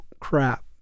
crap